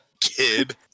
kid